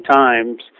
times